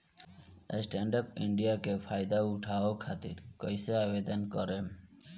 Stand up India के फाइदा उठाओ खातिर कईसे आवेदन करेम?